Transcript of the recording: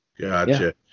Gotcha